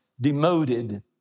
demoted